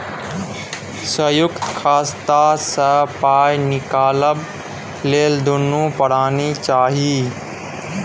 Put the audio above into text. संयुक्त खाता सँ पाय निकलबाक लेल दुनू परानी चाही